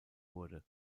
wurde